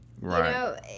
right